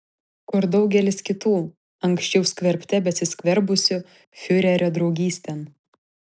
kur daugelis kitų anksčiau skverbte besiskverbusių fiurerio draugystėn